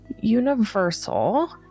Universal